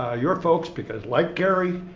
ah your folks because, like gary,